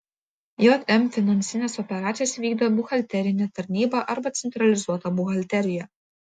jm finansines operacijas vykdo buhalterinė tarnyba arba centralizuota buhalterija